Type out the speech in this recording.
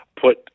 put